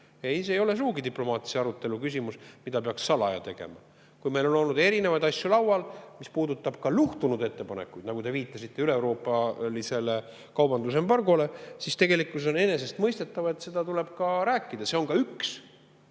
Ei, see ei ole sugugi diplomaatilise arutelu küsimus, mida peaks salaja tegema. Kui meil on olnud erinevaid asju laual, mis on puudutanud ka luhtunud ettepanekuid, nagu te viitasite üleeuroopalisele kaubandusembargole, siis tegelikkuses on enesestmõistetav, et nendest tuleb rääkida. See on ka